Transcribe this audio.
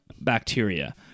bacteria